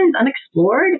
unexplored